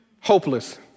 hopeless